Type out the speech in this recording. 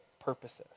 purposes